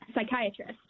psychiatrist